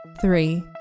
three